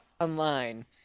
online